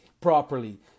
properly